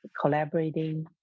collaborating